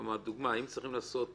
כלומר, אם צריך לעשות